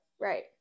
Right